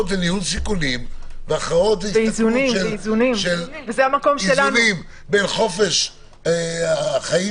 וזה ניהול סיכונים וזה איזונים בין חופש החיים